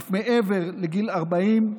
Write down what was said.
אף מעבר לגיל 40,